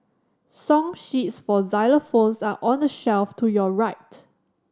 song sheets for xylophones are on the shelf to your right